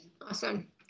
awesome